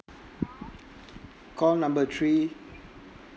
call number three